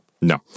no